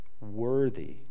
Worthy